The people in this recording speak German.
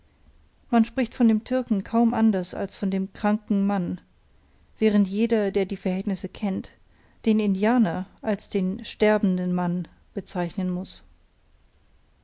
man spricht von dem türken kaum anders als von dem kranken mann während jeder der die verhältnisse kennt den indianer als den sterbenden mann bezeichnen muß